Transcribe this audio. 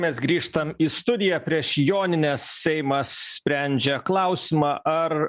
mes grįžtam į studiją prieš jonines seimas sprendžia klausimą ar